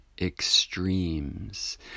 extremes